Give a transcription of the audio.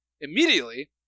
Immediately